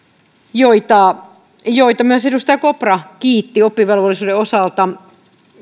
joita joita myös edustaja kopra kiitti oppivelvollisuuden osalta